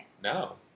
No